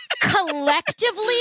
collectively